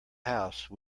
house